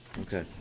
Okay